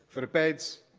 for a bed,